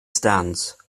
stands